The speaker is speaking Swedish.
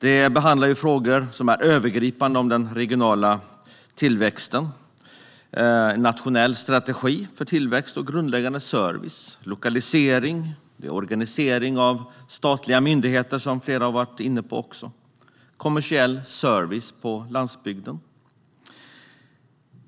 Betänkandet behandlar övergripande frågor om regional tillväxt, en nationell strategi för tillväxt och grundläggande service, lokalisering och organisering av statliga myndigheter, som flera har varit inne på, kommersiell service på landsbygden,